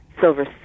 Silver